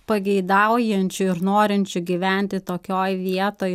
pageidaujančių ir norinčių gyventi tokioj vietoj